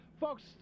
folks